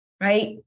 right